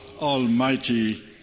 almighty